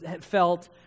felt